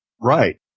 Right